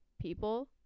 people